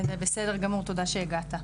בסדר גמור, תודה שהגעת.